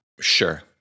Sure